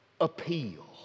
appeal